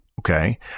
Okay